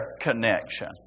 connection